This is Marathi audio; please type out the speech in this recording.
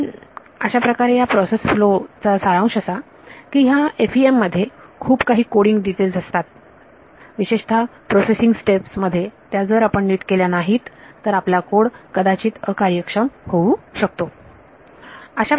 पर अशाप्रकारे या प्रोसेस फ्लो चा सारांश असा की ह्या FEM मध्ये खूप काही कोडींग डिटेल्स असतात विशेषतः प्रोसेसिंग स्टेप्स मध्ये त्या जर आपण नीट केल्या नाहीत तर आपला कोड कदाचित अकार्यक्षम होऊ शकतो